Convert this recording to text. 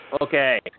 Okay